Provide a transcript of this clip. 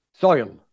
soil